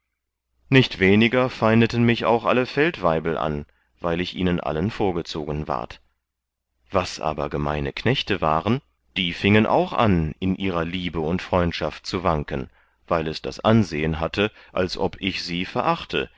nicht weniger feindeten mich auch alle feldwaibel an weil ich ihnen allen vorgezogen ward was aber gemeine knechte waren die fiengen auch an in ihrer liebe und freundschaft zu wanken weil es das ansehen hatte als ob ich sie verachte